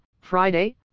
Friday